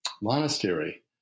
monastery